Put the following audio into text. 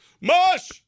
Mush